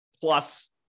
plus